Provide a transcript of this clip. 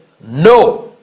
no